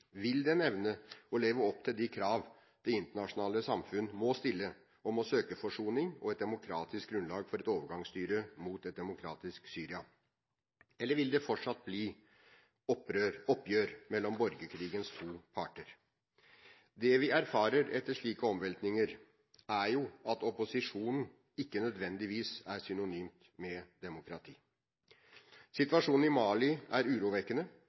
Vil den evne å leve opp til de krav det internasjonale samfunn må stille om å søke forsoning og et demokratisk grunnlag for et overgangsstyre mot et demokratisk Syria? Eller vil det fortsatt bli oppgjør mellom borgerkrigens to parter? Det vi erfarer etter slike omveltninger, er at opposisjon ikke nødvendigvis er synonymt med demokrati. Situasjonen i Mali er urovekkende.